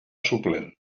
suplent